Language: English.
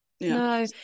No